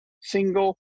single